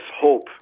hope